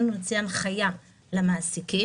נוציא הנחיה למעסיקים.